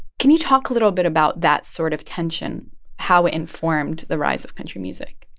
can you talk a little bit about that sort of tension how it informed the rise of country music?